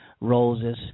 roses